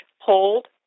hold